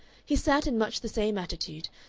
he sat in much the same attitude,